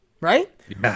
Right